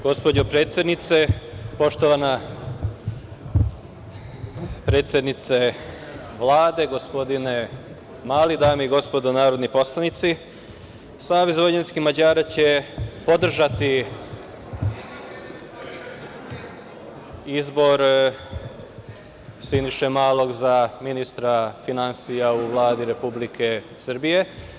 Gospođo predsednice, poštovana predsednice Vlade, gospodine Mali, dame i gospodo narodni poslanici, SVM će podržati izbor Siniše Malog za ministra finansija u Vladi Republike Srbije.